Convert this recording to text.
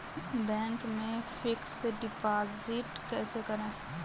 Bank में fix deposit कैसे करें?